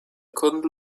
couldn’t